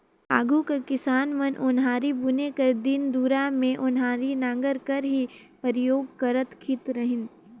आघु कर किसान मन ओन्हारी बुने कर दिन दुरा मे ओन्हारी नांगर कर ही परियोग करत खित रहिन